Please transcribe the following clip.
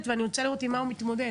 ואני רוצה לראות עם מה הוא מתמודד.